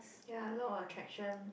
ya a lot of attraction